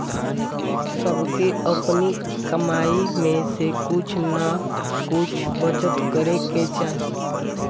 सबके अपनी कमाई में से कुछ नअ कुछ बचत करे के चाही